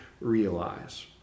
realize